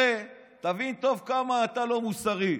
הרי תבין טוב כמה אתה לא מוסרי.